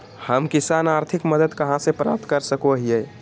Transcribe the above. हम किसान आर्थिक मदत कहा से प्राप्त कर सको हियय?